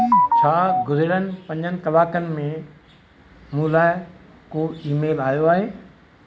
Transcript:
छा गुज़िरियल पंजनि कलाकनि में मूं लाइ कई ईमेल आयो आहे